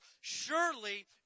surely